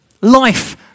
Life